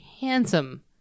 Handsome